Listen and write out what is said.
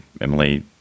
Emily